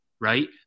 Right